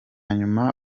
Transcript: nyuma